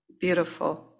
beautiful